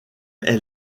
est